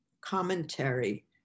commentary